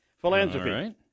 philanthropy